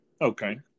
Okay